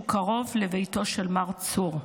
שהוא קרוב לביתו של מר צור.